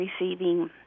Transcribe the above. receiving